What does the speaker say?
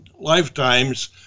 lifetimes